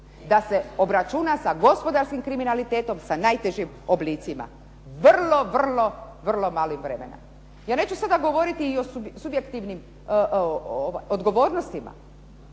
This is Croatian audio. da se obračuna sa gospodarskim kriminalitetom sa najtežim oblicima. Vrlo, vrlo mali broj predmeta. Ja neću sada govoriti i o subjektivnim odgovornostima